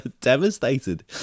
devastated